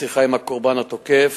שיחה עם הקורבן והתוקף